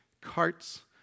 Carts